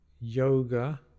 yoga